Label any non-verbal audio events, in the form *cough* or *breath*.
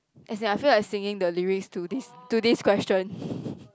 as in I feel like singing the lyrics to this to this question *breath*